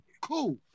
cool